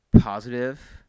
positive